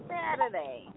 Saturday